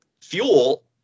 fuel